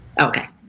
Okay